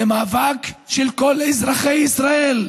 זה מאבק של כל אזרחי ישראל,